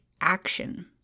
action